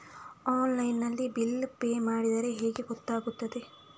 Online ನಲ್ಲಿ bill pay ಮಾಡಿದ್ರೆ ಹೇಗೆ ಗೊತ್ತಾಗುತ್ತದೆ?